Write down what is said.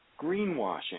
greenwashing